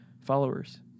followers